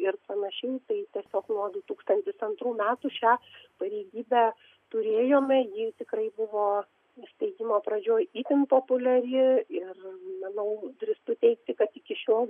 ir panašiai tai tiesiog nuo du tūkstantis antrų metų šią pareigybę turėjome ji tikrai buvo įsteigimo pradžioj itin populiari ir manau drįstu teigti kad iki šiol